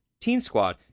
TeenSquad